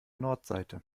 nordseite